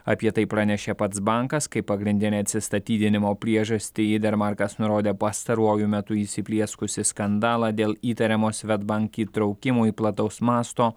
apie tai pranešė pats bankas kaip pagrindinę atsistatydinimo priežastį idermarkas nurodė pastaruoju metu įsiplieskusį skandalą dėl įtariamo svedbank įtraukimo į plataus masto